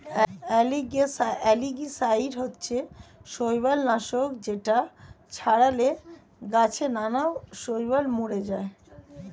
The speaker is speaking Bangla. অ্যালগিসাইড হচ্ছে শৈবাল নাশক যেটা ছড়ালে গাছে নানা শৈবাল মরে যায়